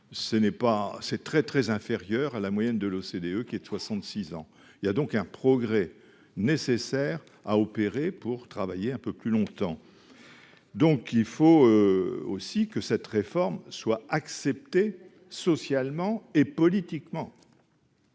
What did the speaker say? très très inférieur à la moyenne de l'OCDE, qui est de 66 ans, il y a donc un progrès nécessaires à opérer pour travailler un peu plus longtemps, donc il faut aussi que cette réforme soit acceptée socialement et politiquement.